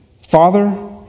Father